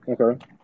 Okay